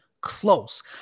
close